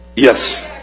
Yes